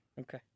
Okay